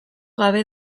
gabe